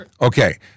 Okay